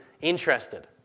interested